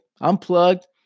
unplugged